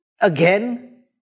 again